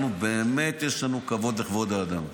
לנו באמת יש כבוד לכבוד האדם.